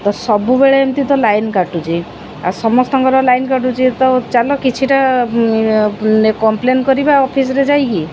ତ ସବୁବେଳେ ଏମିତି ତ ଲାଇନ କାଟୁଛି ଆଉ ସମସ୍ତଙ୍କର ଲାଇନ କାଟୁଛି ତ ଚାଲ କିଛିଟା କମ୍ପ୍ଲେନ କରିବା ଅଫିସରେ ଯାଇକି